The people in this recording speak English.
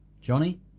Johnny